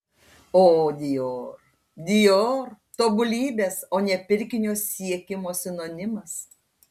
o dior dior tobulybės o ne pirkinio siekimo sinonimas